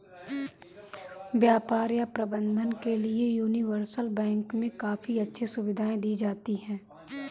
व्यापार या प्रबन्धन के लिये यूनिवर्सल बैंक मे काफी अच्छी सुविधायें दी जाती हैं